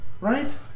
right